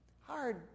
hard